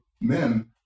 men